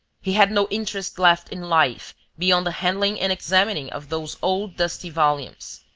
he had no interest left in life beyond the handling and examining of those old dusty volumes.